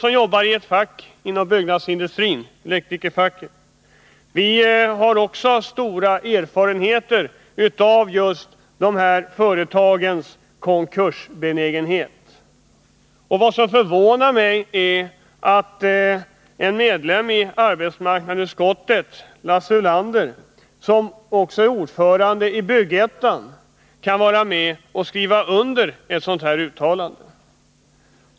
Jag jobbar inom ett fack inom byggnadsindustrin, elektrikerfacket, och där har vi också stora erfarenheter av de här företagens konkursbenägenhet. Det förvånar mig att en ledamot av arbetsmarknadsutskottet, Lars Ulander, som också är ordförande i Byggettan, kan vara med och skriva under på ett sådant uttalande som utskottet gör.